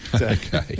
Okay